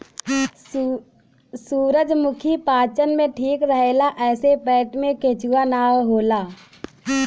सूरजमुखी पाचन में ठीक रहेला एसे पेट में केचुआ ना होला